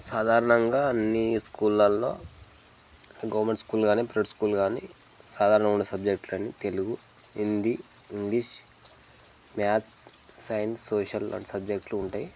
సాధారణంగా అన్నీ స్కూళ్ళలో గవర్నమెంట్ స్కూల్ కానీ ప్రైవేట్ స్కూల్ కానీ సాధారణమైన సబ్జెక్ట్లు అని Telugu Hindi English maths science social లాంటి సబ్జెక్ట్లు ఉంటాయి